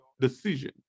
decision